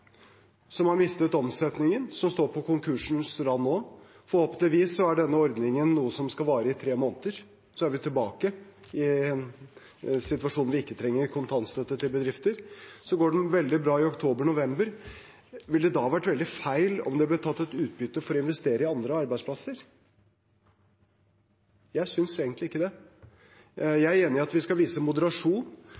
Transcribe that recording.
som har mistet omsetningen, og som står på konkursens rand nå. Forhåpentligvis er dette en ordning som skal vare i tre måneder, og så er vi tilbake i en situasjon der vi ikke trenger kontantstøtte til bedrifter. Bedriften går så veldig bra i oktober/november. Ville det da vært veldig feil om det ble tatt ut utbytte for å investere i andre arbeidsplasser? Jeg synes egentlig ikke det.